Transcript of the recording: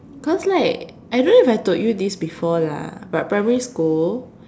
cause like I don't know if I told you this before lah but primary school